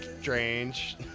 strange